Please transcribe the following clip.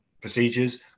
procedures